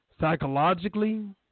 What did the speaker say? psychologically